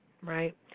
right